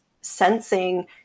sensing